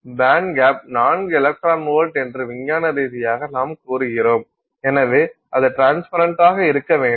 bandgap 4 electron volt என்று விஞ்ஞான ரீதியாக நாம் கூறுகிறோம் எனவே அது ட்ரான்ஸ்பரன்டாக இருக்க வேண்டும்